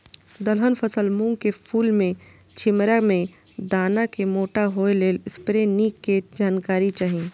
दलहन फसल मूँग के फुल में छिमरा में दाना के मोटा होय लेल स्प्रै निक के जानकारी चाही?